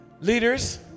Leaders